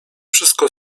wszystko